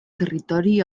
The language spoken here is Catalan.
territori